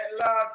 love